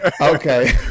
okay